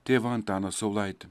tėvą antaną saulaitį